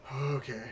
okay